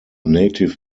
native